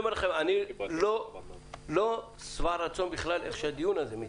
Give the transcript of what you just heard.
אמר לכם: אני לא שבע רצון בכלל איך שהדיון מתקיים.